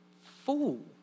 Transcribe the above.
fool